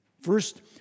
First